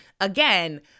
Again